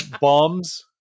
bombs